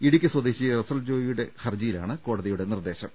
ഇടുക്കി സ്വദേശി റസൽ ജോയി യുടെ ഹർജിയിലാണ് കോടതിനിർദ്ദേശം